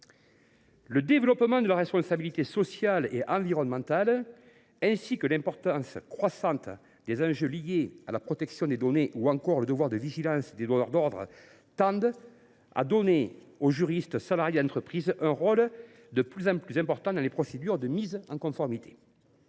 etc. L’essor de la responsabilité sociale et environnementale, ainsi que l’importance croissante des enjeux liés à la protection des données, ou encore le devoir de vigilance des donneurs d’ordre, tendent à conférer aux juristes salariés d’entreprise un rôle de plus en plus grand dans les procédures de mise en conformité.